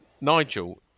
Nigel